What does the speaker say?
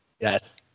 yes